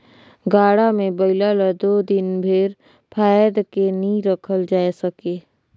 गाड़ा मे बइला ल दो दिन भेर फाएद के नी रखल जाए सके